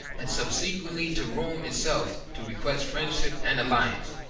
and subsequently to rome itself, to request friendship and alliance.